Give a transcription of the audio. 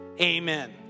amen